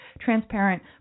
transparent